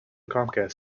comcast